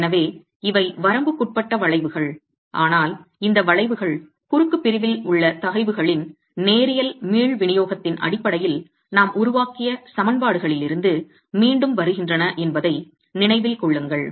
எனவே இவை வரம்புக்குட்பட்ட வளைவுகள் ஆனால் இந்த வளைவுகள் குறுக்கு பிரிவில் உள்ள தகைவுகளின் நேரியல் மீள் விநியோகத்தின் அடிப்படையில் நாம் உருவாக்கிய சமன்பாடுகளிலிருந்து மீண்டும் வருகின்றன என்பதை நினைவில் கொள்ளுங்கள்